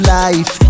life